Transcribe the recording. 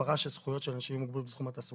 בהפרה של זכויות של אנשים עם מוגבלות בתחום התעסוקה.